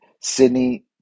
Sydney